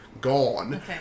gone